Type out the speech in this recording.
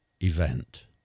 event